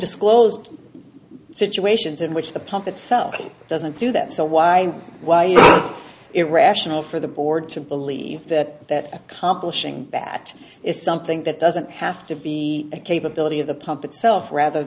disclosed situations in which the pump itself doesn't do that so why why is it rational for the board to believe that accomplishing that is something that doesn't have to be a capability of the pump itself rather